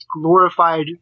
glorified